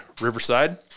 Riverside